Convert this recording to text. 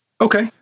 Okay